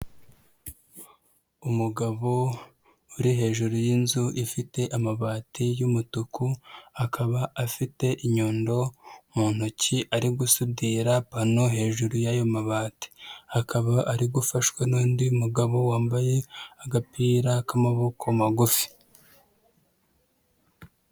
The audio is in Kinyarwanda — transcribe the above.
Umugabo uri hejuru y'inzu ifite amabati y'umutuku, akaba afite inyundo mu ntoki ari gusudira pano hejuru y'ayo mabati. Akaba ari gufashwa n'undi mugabo wambaye agapira k'amaboko magufi.